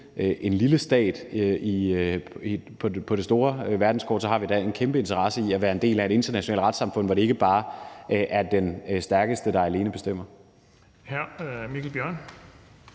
en lille stat på det store verdenskort har vi da en kæmpe interesse i at være en del af et internationalt retssamfund, hvor det ikke bare er den stærkeste, der alene bestemmer. Kl. 20:02 Den fg.